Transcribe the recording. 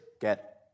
get